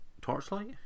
Torchlight